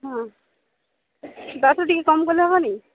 ହଁ ଦଶ୍ରୁ ଟିକେ କମ୍ କଲେ ହେବନି